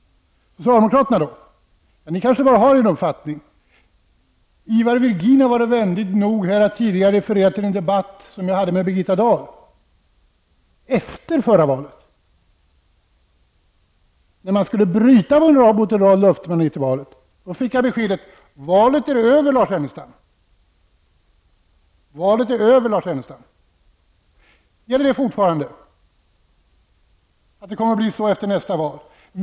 Socialdemokraterna har kanske bara en uppfattning. Ivar Virgin har varit vänlig nog att tidigare referera till en debatt som jag har haft med Birgitta Dahl. Denna debatt hölls efter förra valet, då man var i färd med att bryta mot en rad vallöften. ''Valet är över, Lars Ernestam'', var det besked jag fick. Kommer det att bli så också efter nästa val?